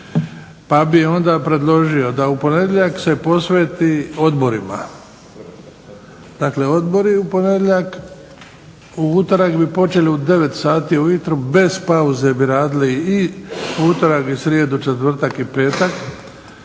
Pa bih onda predložio da u ponedjeljak se posveti odborima, dakle odbori u ponedjeljak. U utorak bi počeli u 9,00 sati ujutro, bez pauze bi radili i utorak, srijedu, četvrtak i petak